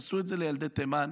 עשו את זה לילדי תימן.